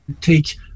take